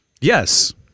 Yes